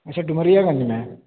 اچھا ڈومریا گنج میں ہے